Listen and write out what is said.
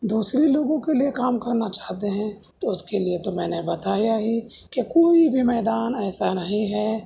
دوسرے لوگوں کے لیے کام کرنا چاہتے ہیں تو اس کے لیے تو میں نے بتایا ہے کہ کوئی بھی میدان ایسا نہیں ہے